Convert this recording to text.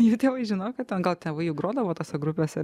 jų tėvai žino kad ten gal tėvai jų grodavo tose grupėse